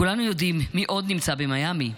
כולנו יודעים מי עוד נמצא במיאמי.